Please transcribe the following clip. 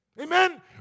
Amen